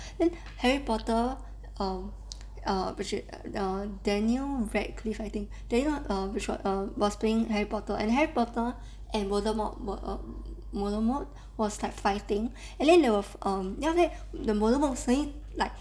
harry potter um err whic~ daniel radcliffe I think then you know err which wa~ was playing harry potter and harry potter and voldemort were um voldemort was like fighting and then they were um then after that the voldemort say like